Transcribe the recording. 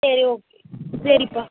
சரி ஓகே சரிப்பா